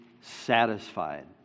satisfied